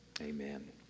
amen